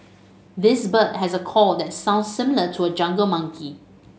this bird has a call that sounds similar to a jungle monkey